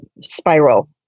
spiral